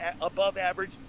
above-average